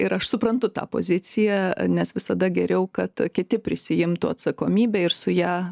ir aš suprantu tą poziciją nes visada geriau kad kiti prisiimtų atsakomybę ir su ja